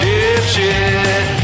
Dipshit